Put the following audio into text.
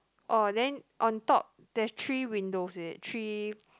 oh then on top there three windows is it three